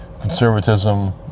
conservatism